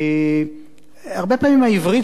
הרבה פעמים העברית פה לא מובנת לי.